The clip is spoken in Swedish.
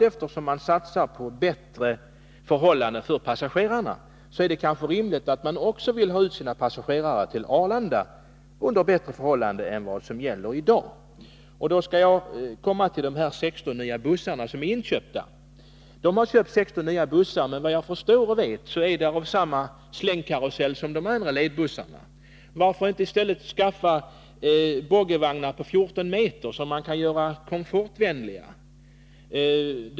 Eftersom man satsar på bättre förhållanden för passagerarna är det rimligt att man också vill få sina passagerare transporterade till Arlanda under bättre förhållanden än de som i dag råder. Jag kommer så till de 16 nya bussar som har inköpts. Man har alltså köpt 16 nya bussar, men såvitt jag förstår och vet är de av samma slängkaruselltyp som de andra ledbussarna. Varför inte i stället skaffa boggivagnar på 14 meter, som man kan göra komfortabla?